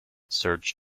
search